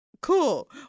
Cool